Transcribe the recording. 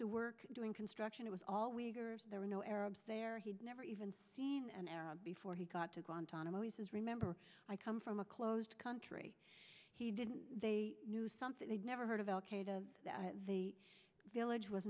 to work doing construction it was always there were no arabs there he'd never even seen an arab before he got to guantanamo he says remember i come from a closed country he didn't they knew something they'd never heard of al qaeda the village was